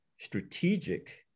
strategic